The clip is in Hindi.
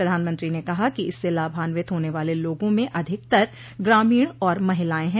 प्रधानमंत्री ने कहा कि इससे लाभान्वित होने वाले लोगों में अधिकतर ग्रामीण और महिलाएं हैं